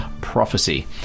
prophecy